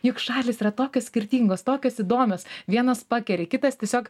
juk šalys yra tokios skirtingos tokios įdomios vienos pakeri kitas tiesiog